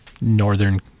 northern